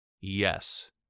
yes